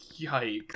Yikes